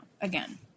Again